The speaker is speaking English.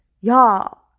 y'all